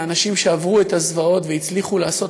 מאנשים שעברו את הזוועות והצליחו לעשות